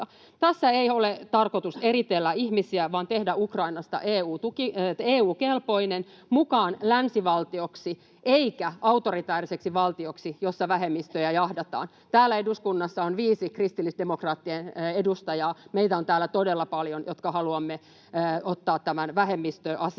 Tässä ei ole tarkoitus eritellä ihmisiä, vaan tehdä Ukrainasta EU-kelpoinen, mukaan länsivaltioksi eikä autoritääriseksi valtioksi, jossa vähemmistöjä jahdataan. Täällä eduskunnassa on viisi kristillisdemokraattien edustajaa. Meitä on täällä todella paljon, jotka haluamme ottaa tämän vähemmistöasian